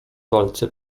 walce